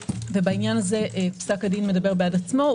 בעניין הזה פסק הדין מדבר בעד עצמו.